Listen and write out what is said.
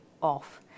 off